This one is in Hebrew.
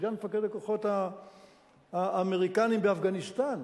כשסגן מפקד הכוחות האמריקניים באפגניסטן